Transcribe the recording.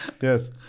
yes